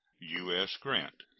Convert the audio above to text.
u s. grant.